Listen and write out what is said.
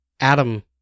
Adam